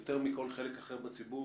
יותר מכל חלק אחר בציבור,